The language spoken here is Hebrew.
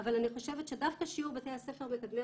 אני חושבת שדווקא שיעור בתי הספר מקדמי